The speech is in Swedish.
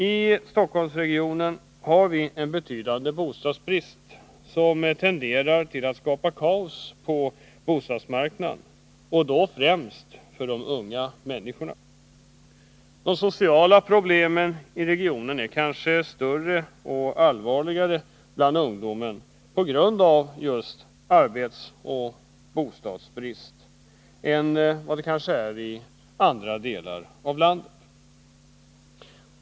I Stockholmsregionen har vi en betydande bostadsbrist, som tenderar till att skapa kaos på bostadsmarknaden och då främst för de unga människorna. De sociala problemen i regionen är kanske större och allvarligare bland ungdomen på grund av arbetsoch bostadsbrist än vad de är i övriga landet.